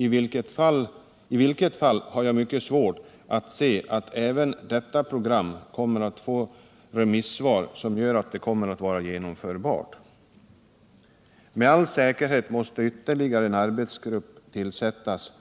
I varje fall har jag mycket svårt att se att programmet i remissvaren kommer att bedömas vara genomförbart. Med all säkerhet måste ytterligare en arbetsgrupp tillsättas